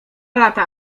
lata